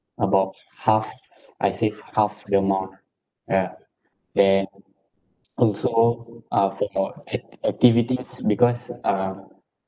about half I save half the amount ah yeah then also uh for act~ activities because um